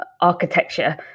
architecture